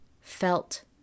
felt